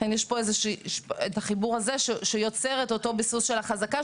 יש פה חיבור שיוצר את אותו ביסוס של החזקה,